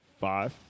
Five